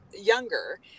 younger